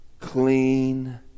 clean